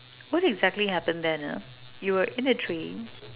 what exactly happened then uh you were in a train